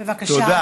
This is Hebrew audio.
בבקשה,